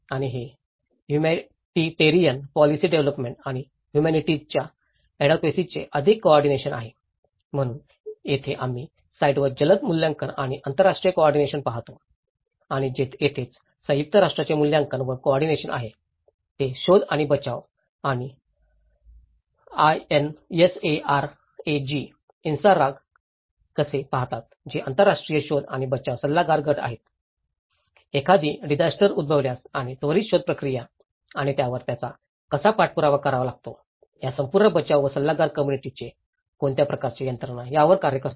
आणि हे humanitarian policy development आणि ह्युमॅनिटीज च्या ऍडव्होकसी चे अधिक कोऑर्डिनेशन आहे म्हणून येथे आम्ही साइटवर जलद मूल्यांकन आणि आंतरराष्ट्रीय कोऑर्डिनेशन पाहतो आणि येथेच संयुक्त राष्ट्रांचे मूल्यांकन व कोऑर्डिनेशन आहे ते शोध आणि बचाव आणि इन्साराग कडे पाहतात जे आंतरराष्ट्रीय शोध आणि बचाव सल्लागार गट म्हणून एखादी डिजास्टर उद्भवल्यास आणि त्वरित शोध प्रक्रिया आणि त्यावर त्यांचा कसा पाठपुरावा करावा लागतो आणि या संपूर्ण बचाव व सल्लागार कम्म्युनिटीाचे कोणत्या प्रकारचे यंत्रणा त्यांच्यावर कार्य करते